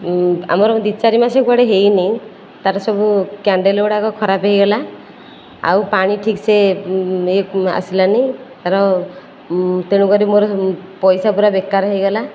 ଆମର ଦୁଇ ଚାରିମାସ କୁଆଡ଼େ ହୋଇନାହିଁ ତାର ସବୁ କ୍ୟାଣ୍ଡେଲ ଗୁଡ଼ାକ ଖରାପ ହୋଇଗଲା ଆଉ ପାଣି ଠିକ ସେ ଆସିଲାନି ତେଣୁକରି ମୋର ପଇସା ପୁରା ବେକାର ହୋଇଗଲା